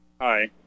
Hi